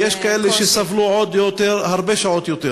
ויש כאלה שסבלו עוד הרבה יותר שעות.